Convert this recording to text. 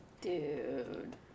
Dude